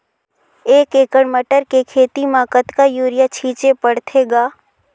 एक एकड़ मटर के खेती म कतका युरिया छीचे पढ़थे ग?